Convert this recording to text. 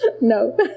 No